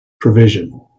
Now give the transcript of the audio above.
provision